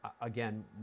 again